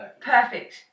Perfect